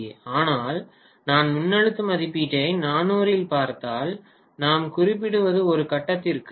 ஏ ஆனால் நான் மின்னழுத்த மதிப்பீட்டை 400 இல் பார்த்தால் நாம் குறிப்பிடுவது ஒரு கட்டத்திற்கு